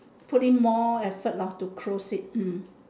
put in more effort lah to close it hmm